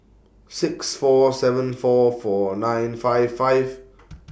six four seven four four nine five five